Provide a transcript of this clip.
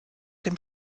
dem